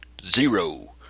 Zero